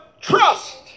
trust